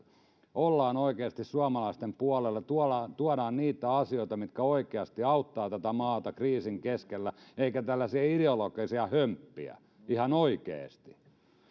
ollaan oikeasti suomalaisten puolella tuodaan niitä asioita mitkä oikeasti auttavat tätä maata kriisin keskellä eikä tuoda tällaisia ideologisia hömppiä ihan oikeasti